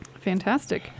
Fantastic